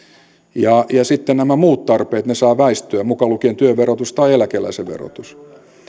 sitten nämä muut tarpeet saavat väistyä mukaan lukien työn verotus tai eläkeläisen verotus